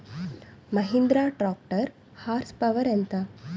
Mahindra tractor horse power ఎంత?